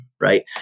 right